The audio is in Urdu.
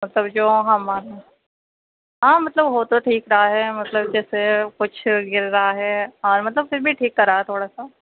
مطلب جو ہمارا ہاں مطلب ہو تو ٹھیک رہا ہے مطلب جیسے کچھ گر رہا ہے اور مطلب پھر بھی ٹھیک کرا ہے تھوڑا سا